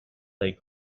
they